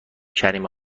کریم